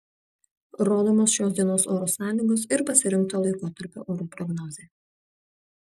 rodomos šios dienos oro sąlygos ir pasirinkto laikotarpio orų prognozė